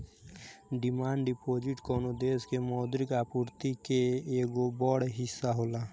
demand deposit कवनो देश के मौद्रिक आपूर्ति के एगो बड़ हिस्सा होला